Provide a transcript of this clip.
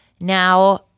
now